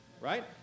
right